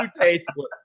tasteless